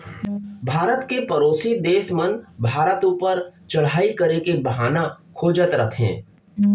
भारत के परोसी देस मन भारत ऊपर चढ़ाई करे के बहाना खोजत रथें